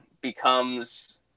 becomes